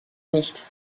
nicht